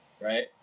right